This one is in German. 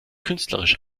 künstlerisch